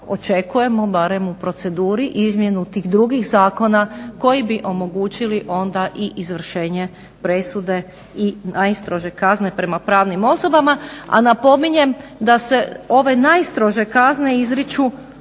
očekujemo barem u proceduri izmjenu tih drugih zakona koji bi omogućili onda i izvršenje presude i najstrože kazne prema pravnim osobama, a napominjem da se ove najstrože kazne izriču